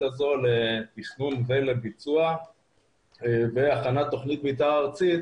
הזאת לתכנון ולביצוע והכנת תכנית מתאר ארצית